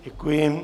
Děkuji.